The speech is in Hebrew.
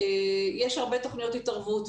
יש הרבה תכניות התערבות.